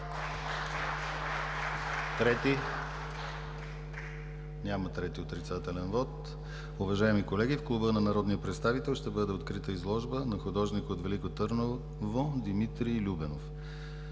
Цонков. Трети отрицателен вот? Няма. Уважаеми колеги, в Клуба на народния представител ще бъде открита изложба на художника от Велико Търново Димитрий Любенов.